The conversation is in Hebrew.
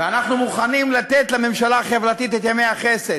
ואנחנו מוכנים לתת לממשלה החברתית את ימי החסד,